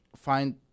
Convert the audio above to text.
find